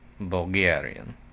Bulgarian